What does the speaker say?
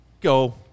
Go